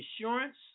insurance